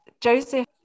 Joseph